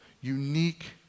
unique